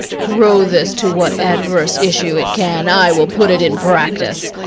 grow this to what adverse issue it can, i will put it in practice.